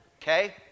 okay